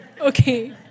Okay